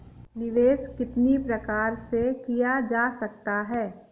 निवेश कितनी प्रकार से किया जा सकता है?